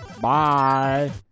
Bye